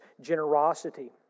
generosity